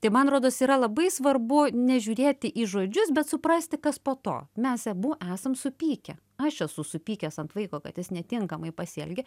tai man rodos yra labai svarbu nežiūrėti į žodžius bet suprasti kas po to mes abu esam supykę aš esu supykęs ant vaiko kad jis netinkamai pasielgė